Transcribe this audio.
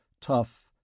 Tough